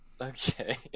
Okay